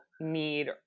need